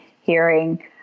hearing